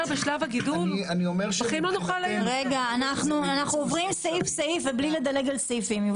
אנחנו עוברים סעיף סעיף ולא מדלגים על סעיפים.